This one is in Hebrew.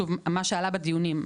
מה שעלה בדיונים,